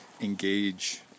engage